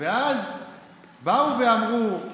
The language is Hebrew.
ואז באו ואמרו,